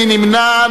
מי נמנע?